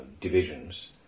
divisions